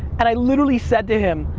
and i literally said to him,